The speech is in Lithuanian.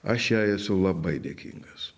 aš jai esu labai dėkingas